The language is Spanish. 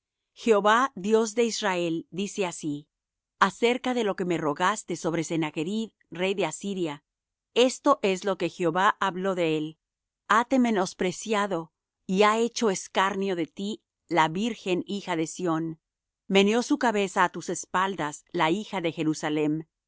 jehová dios de israel dice así acerca de lo que me rogaste sobre sennachrib rey de asiria esto es lo que jehová habló de él hate menospreciado y ha hecho escarnio de ti la virgen hija de sión meneó su cabeza á tus espaldas la hija de jerusalem